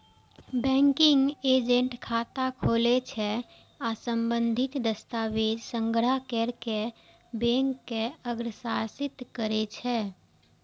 banking agent खाता खोलै छै आ संबंधित दस्तावेज संग्रह कैर कें बैंक के अग्रसारित करै छै